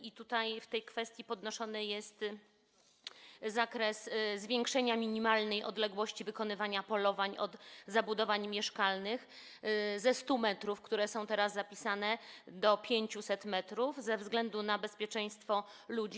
I tutaj w tej kwestii podnoszony jest zakres zwiększenia minimalnej odległości wykonywania polowań od zabudowań mieszkalnych ze 100 m, które są teraz zapisane, do 500 m ze względu na bezpieczeństwo ludzi.